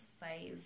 size